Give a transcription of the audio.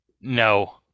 No